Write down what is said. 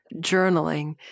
journaling